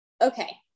okay